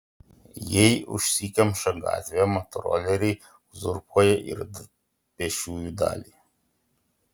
jei užsikemša gatvė motoroleriai uzurpuoja ir pėsčiųjų dalį